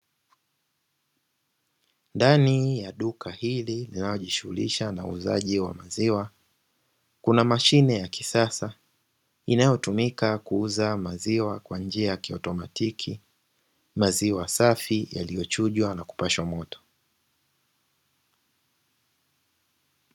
Ndani ya duka hili linalojishughulisha na uuzaji wa maziwa kuna mashine ya kisasa inayotumika kuuza maziwa kwa njia ya kiautomatiki, maziwa safi yaliyo chujwa na kupashwa moto.